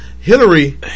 Hillary